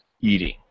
eating